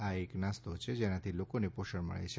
આ એક નાસ્તો છે જેનાથી લોકોને પોષણ મળે છે